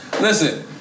Listen